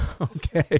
Okay